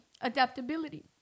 adaptability